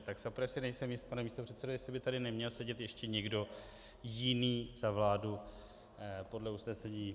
Tak za prvé si nejsem jist, pane místopředsedo, jestli by tady neměl sedět ještě někdo jiný za vládu podle usnesení...